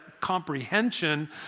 comprehension